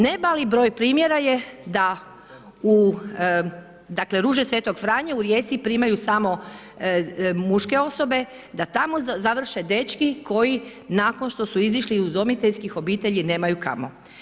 Ne mali broj primjera je da u dakle, Ruže svetog Franje u Rijeci primaju samo muške osobe, da tamo završe dečki koji nakon što su izašli iz udomiteljskih obitelji nemaju kamo.